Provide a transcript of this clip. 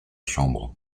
chambre